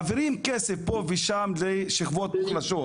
מעבירים כסף פה ושם לשכבות מוחלשות,